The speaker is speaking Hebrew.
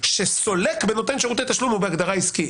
שסולק בנותן שירותי תשלום הוא בהגדרת עסקי,